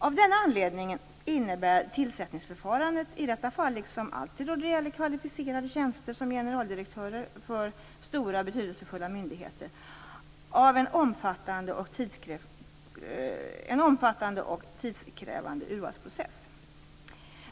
Av denna anledning innebär tillsättningsförfarandet i detta fall, liksom alltid då det gäller kvalificerade tjänster som generaldirektörer för stora betydelsefulla myndigheter, en omfattande och tidskrävande urvalsprocess.